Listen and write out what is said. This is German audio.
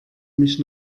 mich